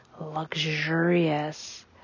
luxurious